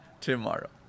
tomorrow